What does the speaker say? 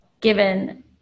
given